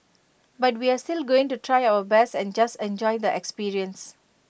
but we're still going to try our best and just enjoy the experience